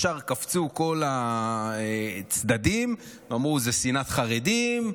ישר קפצו כל הצדדים ואמרו: זה שנאת חרדים,